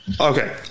Okay